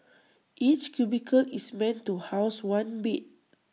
each cubicle is meant to house one bed